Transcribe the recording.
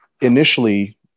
initially